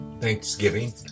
Thanksgiving